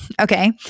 Okay